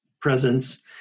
presence